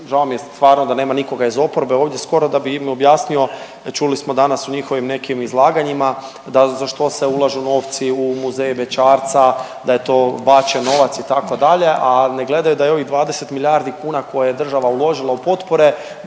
žao mi je stvarno da nema nikoga iz oporbe ovdje skoro da bi im objasnio, čuli smo danas u njihovim nekim izlaganjima da za što se ulažu novci u muzej bećarca, da je to bačen novac itd., a ne gledaju da je ovih 20 milijardi kuna koje je država uložila u potpore